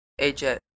aj